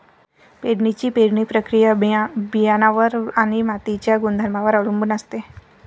पेरणीची पेरणी प्रक्रिया बियाणांवर आणि मातीच्या गुणधर्मांवर अवलंबून असते